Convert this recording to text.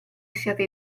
siate